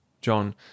JOHN